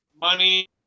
Money